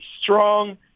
strong